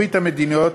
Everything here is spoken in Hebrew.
במרבית המדינות